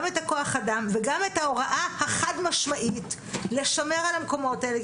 גם את כוח האדם וגם את ההוראה החד משמעית לשמר את המקומות האלה.